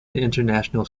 international